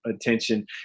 attention